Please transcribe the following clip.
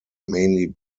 mainly